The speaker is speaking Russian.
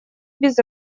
без